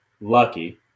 lucky